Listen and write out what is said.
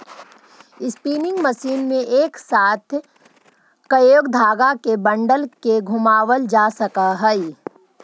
spinning machine में एक साथ कएगो धाग के बंडल के घुमावाल जा सकऽ हई